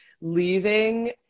leaving